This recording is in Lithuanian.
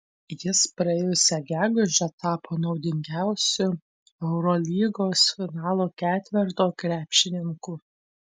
jis praėjusią gegužę tapo naudingiausiu eurolygos finalo ketverto krepšininku